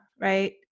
right